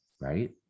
right